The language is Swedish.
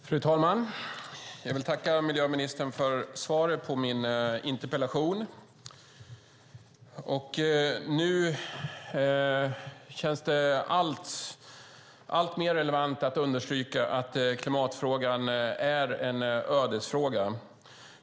Fru talman! Jag vill tacka miljöministern för svaret på min interpellation. Det känns alltmer relevant att understryka att klimatfrågan är en ödesfråga.